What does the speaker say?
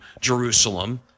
Jerusalem